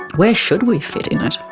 where should we fit in it,